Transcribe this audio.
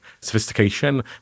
sophistication